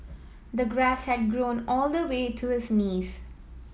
the grass had grown all the way to his knees